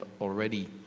already